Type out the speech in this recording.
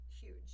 huge